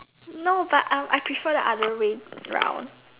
not but I I prefer the other rain round